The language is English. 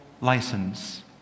license